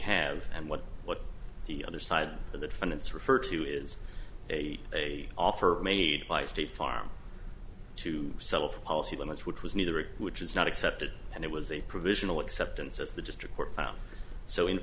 have and what what the other side of the defendants refer to is a a offer made by state farm to settle for policy limits which was neither of which is not accepted and it was a provisional acceptance as the district